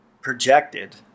projected